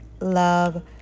love